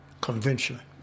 conventionally